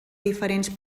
diferents